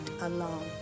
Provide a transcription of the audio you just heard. alone